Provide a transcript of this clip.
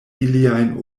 iliajn